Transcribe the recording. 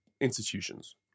institutions